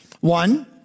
One